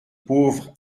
pauvre